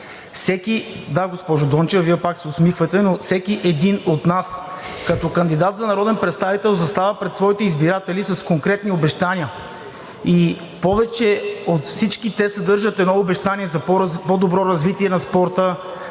Да, госпожо Дончева, Вие пак се усмихвате, но всеки един от нас като кандидат за народен представител застава пред своите избиратели с конкретни обещания и те всички съдържат едно обещание за по-добро развитие на спорта,